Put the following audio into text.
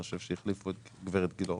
אני חושב שהחליפו את גברת גילאור